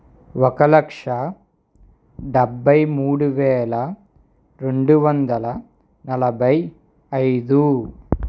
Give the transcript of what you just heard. ఒక లక్షా డెబ్బై మూడు వేల రెండు వందల నలభై ఐదు